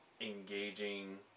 engaging